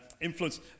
influence